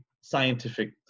scientific